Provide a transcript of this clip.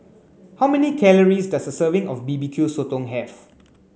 how many calories does a serving of B B Q Sotong have